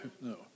no